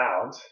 found